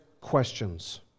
questions